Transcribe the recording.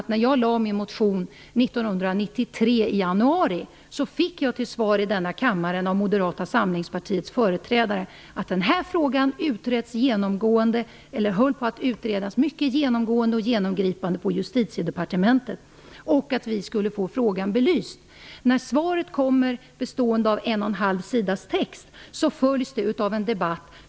När jag i januari 1993 väckte min motion fick jag till svar i denna kammare av Moderata samlingspartiets företrädare att frågan höll på att utredas mycket genomgripande på Justitiedepartementet och att vi skulle få frågan belyst. När svaret, som bestod av en och en halv sida text, kom följdes det av en debatt.